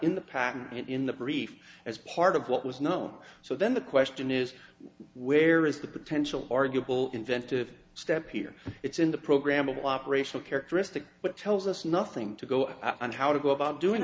in the patent in the brief as part of what was no so then the question is where is the potential arguable inventive step here it's in the programmable operational characteristics what tells us nothing to go on and how to go about doing